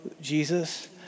Jesus